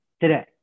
today